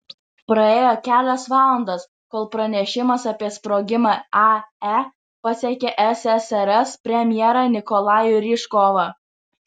praėjo kelios valandos kol pranešimas apie sprogimą ae pasiekė ssrs premjerą nikolajų ryžkovą